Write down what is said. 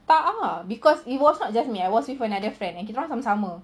tak ah because it was just not me I was with another friend kita orang sama-sama